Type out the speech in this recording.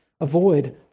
avoid